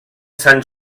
sant